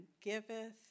giveth